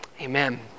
Amen